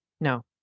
No